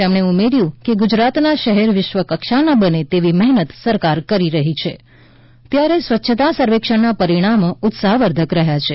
તેમણે ઉમેર્યું કે ગુજરાતના શહેર વિશ્વકક્ષાના બને તેવી મહેનત સરકાર કરી રહી છે ત્યારે સ્વચ્છતા સર્વેક્ષણના પરિણામો ઉત્સાહવર્ધક રહ્યા છે